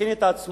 מכין את עצמו,